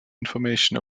information